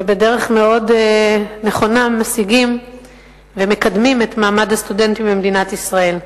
ובדרך מאוד נכונה משיגים ומקדמים את מעמד הסטודנטים במדינת ישראל.